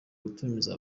gutumiza